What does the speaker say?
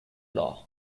law